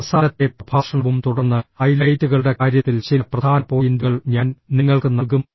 അവസാനത്തെ പ്രഭാഷണവും തുടർന്ന് ഹൈലൈറ്റുകളുടെ കാര്യത്തിൽ ചില പ്രധാന പോയിന്റുകൾ ഞാൻ നിങ്ങൾക്ക് നൽകും